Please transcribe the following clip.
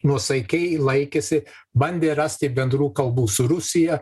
nuosaikiai laikėsi bandė rasti bendrų kalbų su rusija